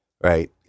right